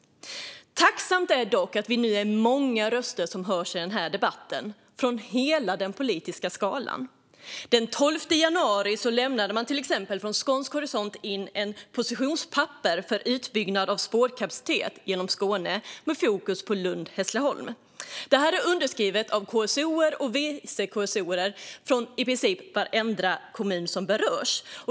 Tacksamt är dock att vi nu är många röster som hörs i denna debatt från hela den politiska skalan. Den 12 januari lämnade man till exempel från skånsk horisont in ett positionspapper för utbyggnad av spårkapacitet genom Skåne med fokus på Lund-Hässleholm. Detta är underskrivet av kommunstyrelseordförande och vice kommunstyrelseordförande från i princip varenda kommun som berörs.